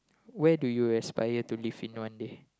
where do you aspire to live in one day